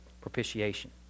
propitiation